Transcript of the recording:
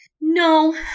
No